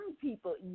people